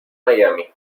miami